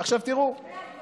מהיום 52 זה יותר מ-57.